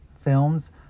films